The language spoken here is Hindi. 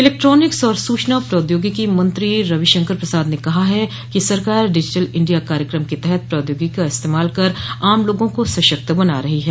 इलेक्ट्रॉनिक्स और सूचना प्रौद्योगिकी मंत्री रविशंकर प्रसाद ने कहा है कि सरकार डिजिटल इंडिया कार्यक्रम के तहत प्रौद्योगिकी का इस्तेमाल कर आम लोगा को सशक्त बना रही है